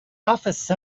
office